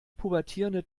pubertierende